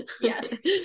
Yes